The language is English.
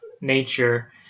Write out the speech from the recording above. nature